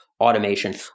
automation